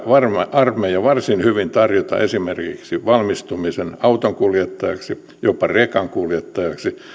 armeija varsin hyvin tarjota esimerkiksi valmistumisen autonkuljettajaksi jopa rekankuljettajaksi